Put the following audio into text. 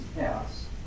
house